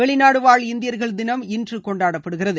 வெளிநாடு வாழ் இந்தியர்கள் தினம் இன்று கொண்டாடப்படுகிறது